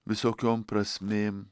visokiom prasmėm